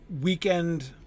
Weekend